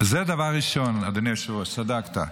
זה דבר ראשון, אדוני היושב-ראש, צדקת.